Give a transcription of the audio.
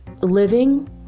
living